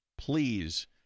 please